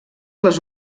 les